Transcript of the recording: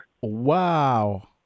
Wow